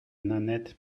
nanette